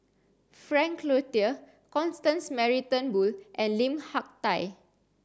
Frank Cloutier Constance Mary Turnbull and Lim Hak Tai